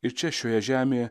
ir čia šioje žemėje